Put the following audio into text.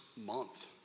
month